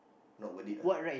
not worth it ah